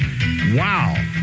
wow